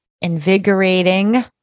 invigorating